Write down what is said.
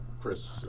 Chris